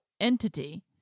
entity